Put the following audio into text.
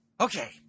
Okay